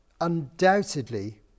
Undoubtedly